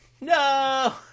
No